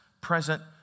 present